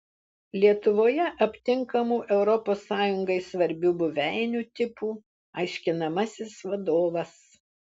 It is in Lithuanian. lietuvoje aptinkamų europos sąjungai svarbių buveinių tipų aiškinamasis vadovas